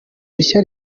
rishya